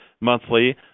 monthly